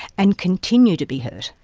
and continue to be hurt.